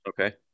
Okay